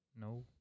no